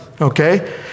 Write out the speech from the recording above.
okay